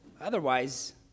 Otherwise